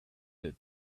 that